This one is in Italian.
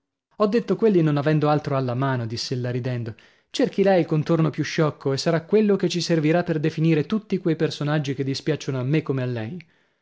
ho detto quelli non avendo altro alla mano diss'ella ridendo cerchi lei il contorno più sciocco e sarà quello che ci servirà per definire tutti quei personaggi che dispiacciono a me come a lei